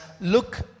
look